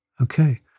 okay